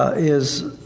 is